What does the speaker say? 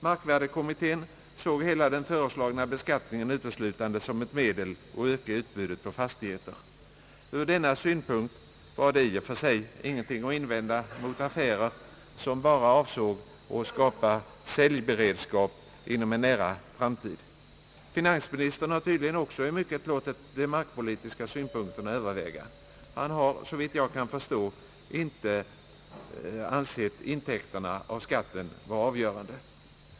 Markvärdekommittén såg hela den föreslagna beskattningen uteslutande som ett medel att öka utbudet av fastigheter; ur denna synpunkt var det i och för sig ingenting att invända mot affärer som bara avsåg att skapa säljberedskap inom en nära framtid. Finansministern har tydligen också i mycket låtit de markpolitiska synpunkterna överväga. Han har, såvitt jag kan förstå, inte ansett intäkterna av skatten vara avgörande.